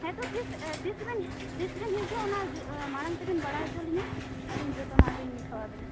ᱦᱮᱸ ᱛᱳ ᱛᱤᱥ ᱛᱤᱥ ᱵᱮᱱ ᱛᱤᱥ ᱵᱮᱱ ᱦᱤᱡᱩᱜᱼᱟ ᱚᱱᱟ ᱢᱟᱲᱟᱝ ᱛᱮᱵᱮᱱ ᱵᱟᱲᱟᱭ ᱦᱚᱪᱚᱞᱤᱧᱟᱹ ᱟᱹᱞᱤᱧ ᱡᱚᱛᱚᱱᱟᱜ ᱞᱤᱧ ᱠᱷᱟᱣᱟᱭᱟᱣ ᱵᱮᱱᱟ